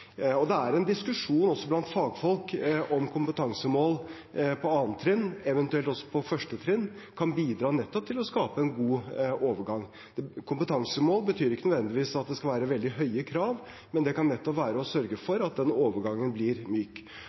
Det er en diskusjon også blant fagfolk om kompetansemål på 2. trinn, eventuelt også på 1. trinn, kan bidra nettopp til å skape en god overgang. Men kompetansemål betyr ikke nødvendigvis at det skal være veldig høye krav, men det kan nettopp være å sørge for at denne overgangen blir myk.